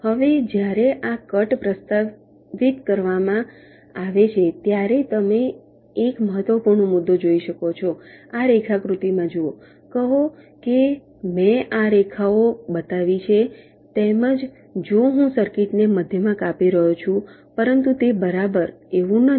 હવે જ્યારે આ કટ પ્રસ્તાવિત કરવામાં આવે છે ત્યારે તમે એક મહત્વપૂર્ણ મુદ્દો જોઈ શકો છે આ રેખાકૃતિમાં જુઓ કહો કે મેં આ રેખાઓ બતાવી છે તેમજ જો હું સર્કિટને મધ્યમાં કાપી રહ્યો છું પરંતુ તે બરાબર એવું નથી